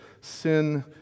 sin